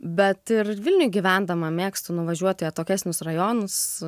bet ir vilniuj gyvendama mėgstu nuvažiuot į atokesnius rajonus